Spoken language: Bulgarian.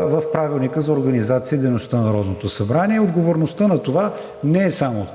в Правилника за организацията и дейността на Народното събрание, и отговорността за това не е само